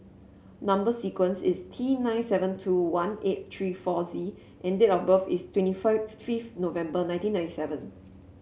number sequence is T nine seven two one eight three four Z and date of birth is twenty five fifth November nineteen ninety seven